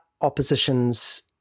oppositions